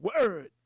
word